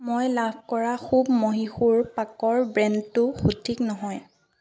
মই লাভ কৰা শুব মহীশূৰ পাকৰ ব্ৰেণ্ডটো সঠিক নহয়